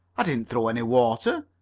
i didn't throw any water.